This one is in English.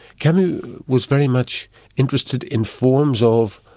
camus was very much interested in forms of,